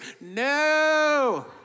No